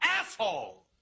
asshole